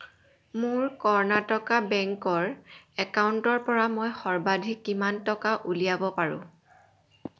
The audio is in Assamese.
মোৰ কৰ্ণাটকা বেংকৰ একাউণ্টৰ পৰা মই সৰ্বাধিক কিমান টকা উলিয়াব পাৰোঁ